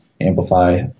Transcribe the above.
amplify